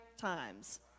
times